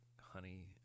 honey